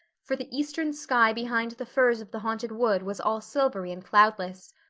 for the eastern sky behind the firs of the haunted wood was all silvery and cloudless.